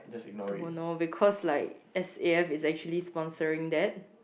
don't know because like S_A_F is actually sponsoring that